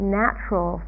natural